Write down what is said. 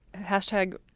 Hashtag